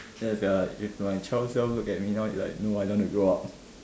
then is their like if my child self look at me now no I don't want to grow up